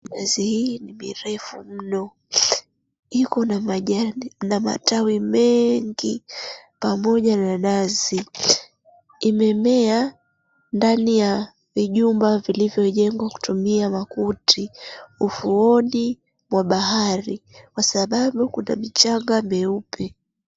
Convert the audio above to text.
Minazi hii ni mirefu mno. Iko na matawi mengi pamoja na nazi. Imemea ndani ya vijumba vilivyojengwa kutumia makuti. Ufuoni mwa bahari kwa sababu kuna michanga meupe.